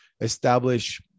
establish